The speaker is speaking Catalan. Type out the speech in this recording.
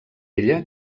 ella